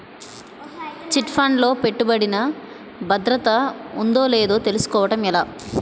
Chit fund లో పెట్టుబడికి భద్రత ఉందో లేదో తెలుసుకోవటం ఎలా?